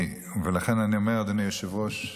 ולכן אני אומר, אדוני היושב-ראש,